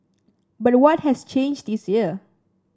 but what has changed this year